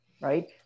right